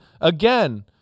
again